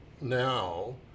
now